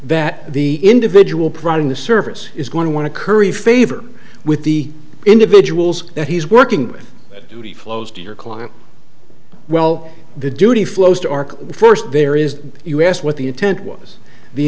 that the individual pride in the service is going to want to curry favor with the individuals that he's working with the flows to your client well the duty flows to arc first there is you asked what the intent was the